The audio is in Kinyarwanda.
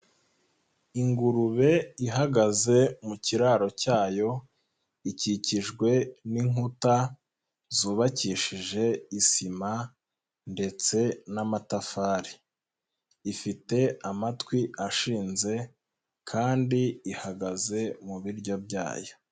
Ingurube ihagaze mu kiraro cyayo ikikijwe n'inkuta zubakishije isima ndetse n'amatafari, ifite amatwi ashinze kandi ihagaze mu biryo byayo.